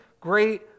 great